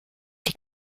die